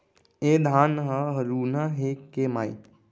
ए धान ह हरूना हे के माई?